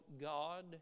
God